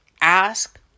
Ask